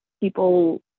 people